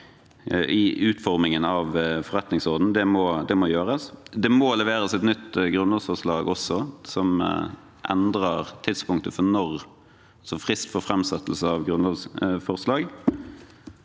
i utformingen av forretningsordenen. Det må også leveres et nytt grunnlovsforslag som endrer tidspunktet for frist for framsettelse av grunnlovsforslag.